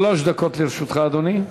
שלוש דקות לרשותך, אדוני.